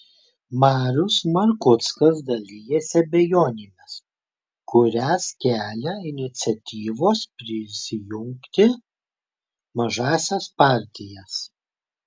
marius markuckas dalijasi abejonėmis kurias kelia iniciatyvos prisijungti mažąsias partijas